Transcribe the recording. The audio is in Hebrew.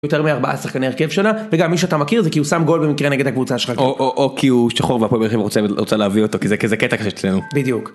יותר מארבעה שחקני הרכב שלו, וגם מי שאתה מכיר זה כי הוא שם גול במקרה נגד הקבוצה שלך. או כי הוא שחור והפועל רוצה להביא אותו, כי זה כזה קטע כזה שיש אצלנו. בדיוק.